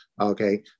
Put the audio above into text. okay